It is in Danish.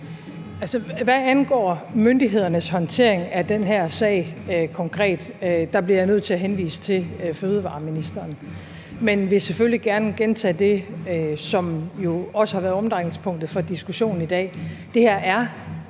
hvad angår myndighedernes håndtering af den her sag konkret, bliver jeg nødt til at henvise til fødevareministeren. Men jeg vil selvfølgelig gerne gentage det, som jo også har været omdrejningspunktet for diskussionen i dag: Det her er